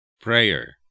prayer